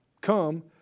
Come